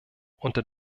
unter